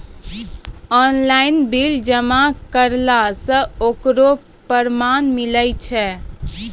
Online bill जमा करला से ओकरौ परमान मिलै छै?